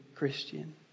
Christian